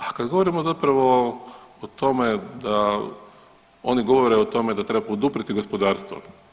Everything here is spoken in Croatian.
A kad govorimo zapravo o tome da oni govore o tome da treba poduprijeti gospodarstvo.